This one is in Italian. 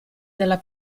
della